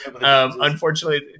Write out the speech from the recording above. Unfortunately